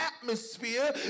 atmosphere